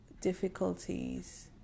difficulties